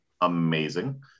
Amazing